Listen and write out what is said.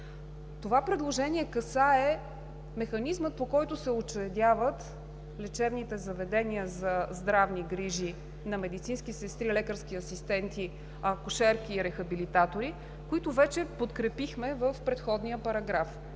Това предложение касае механизма, по който се учредяват лечебните заведения за здравни грижи на медицински сестри, лекарски асистенти, акушерки и рехабилитатори, които вече подкрепихме в предходния параграф.